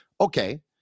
okay